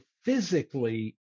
physically